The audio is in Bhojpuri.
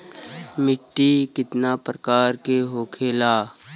मिट्टी कितना प्रकार के होखेला?